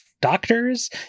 doctors